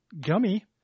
Gummy